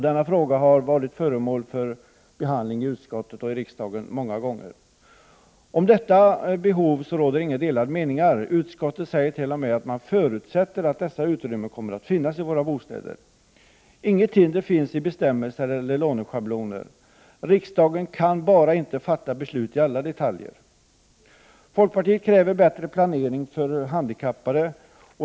Denna fråga har varit föremål för behandling i utskottet och riksdagen många gånger. Om detta behov råder inga delade meningar. Utskottet säger t.o.m. att man förutsätter att dessa utrymmen kommer att finnas i våra bostäder. Inget hinder finns i bestämmelser eller låneschabloner. Riksdagen kan bara inte fatta beslut i alla detaljer. Folkpartiet kräver bättre planering för handikappade.